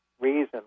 reason